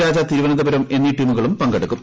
രാജ തിരുവനന്തപുരം എന്നീ ടീമുകളും പങ്കെടുക്കും